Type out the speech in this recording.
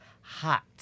hot